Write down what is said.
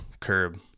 curb